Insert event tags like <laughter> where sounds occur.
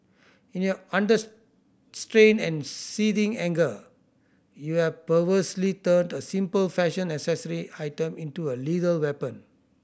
in your <unintelligible> and seething anger you have perversely turned a simple fashion accessory item into a lethal weapon